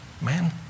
man